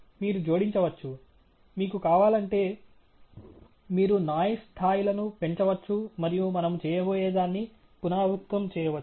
మీరు జోడించవచ్చు మీకు కావాలంటే మీరు నాయిస్ స్థాయిలను పెంచవచ్చు మరియు మనము చేయబోయేదాన్ని పునరావృతం చేయవచ్చు